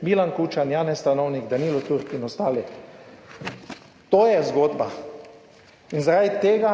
Milan Kučan, Janez Stanovnik, Danilo Turk in ostali. To je zgodba in zaradi tega